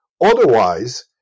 Otherwise